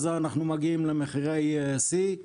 ואז אנחנו מגיעים למחירי שיא.